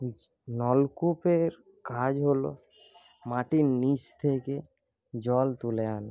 নলকূপের কাজ হল মাটির নিচ থেকে জল তুলে আনা